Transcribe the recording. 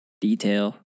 detail